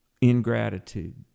ingratitude